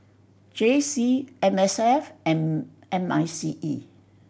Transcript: J C M S F and M I C E